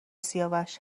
سیاوش